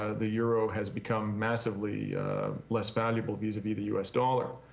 ah the euro has become massively less valuable vis-a-vis the u s. dollar.